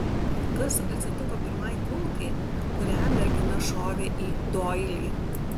kas atsitiko pirmai kulkai kurią mergina šovė į doilį